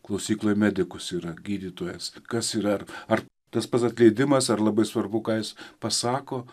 klausykloje medikus yra gydytojas kas yra ar tas pats atleidimas ar labai svarbu ką jis pasako